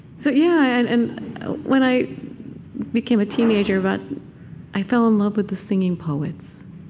so yeah and and when i became a teenager but i fell in love with the singing poets.